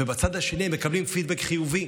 ובצד השני הם מקבלים פידבק חיובי.